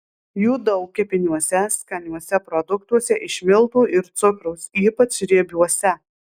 jų daug kepiniuose skaniuose produktuose iš miltų ir cukraus ypač riebiuose